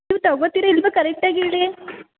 ನೀವು ತಗೊತೀರ ಇಲ್ಲವಾ ಕರೆಕ್ಟಾಗಿ ಹೇಳಿ